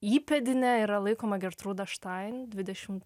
įpėdinė yra laikoma gertrūda štain dvidešim